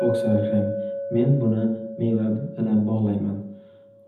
To’q sariq rang men buni meva bilan bog’layman.